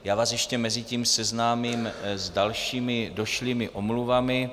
Já vás ještě mezitím seznámím s dalšími došlými omluvami.